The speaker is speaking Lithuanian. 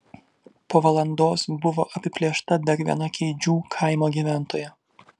po valandos buvo apiplėšta dar viena keidžių kaimo gyventoja